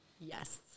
Yes